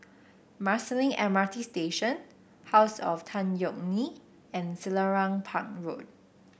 Marsiling M R T Station House of Tan Yeok Nee and Selarang Park Road